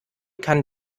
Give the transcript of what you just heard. kann